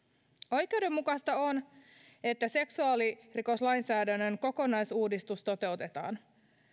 oikeudenmukaista on että seksuaalirikoslainsäädännön kokonaisuudistus toteutetaan